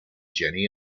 jenny